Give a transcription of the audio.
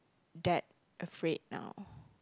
that afraid now